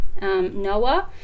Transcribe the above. Noah